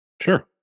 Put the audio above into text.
Sure